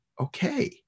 okay